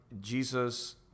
Jesus